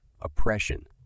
oppression